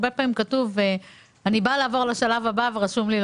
הרבה פעמים אני באה לעבור לשלב הבא ורשום לי,